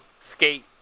Skate